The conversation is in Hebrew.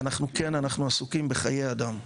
וכן, אנחנו עוסקים בחיי אדם.